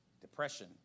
depression